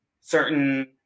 certain